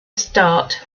start